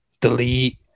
delete